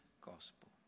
gospel